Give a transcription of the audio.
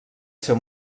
ser